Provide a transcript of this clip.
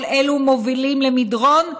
כל אלה מובילים למדרון,